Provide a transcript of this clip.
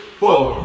four